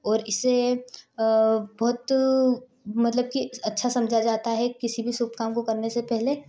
और इसे बहुत मतलब की अच्छा समझा जाता है किसी भी शुभ काम को करने से पहले